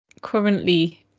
currently